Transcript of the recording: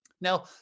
Now